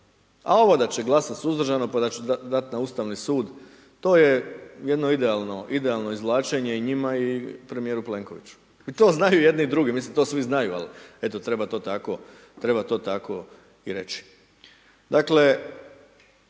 a ovo da će glasat suzdržano pa da će dat na Ustavni sud to je jedno idealno, idealno izvlačenje njima i premijeru Plenkoviću. I to znaju i jedni i drugi, mislim to svi znaju, al treba to tako, treba